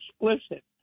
explicit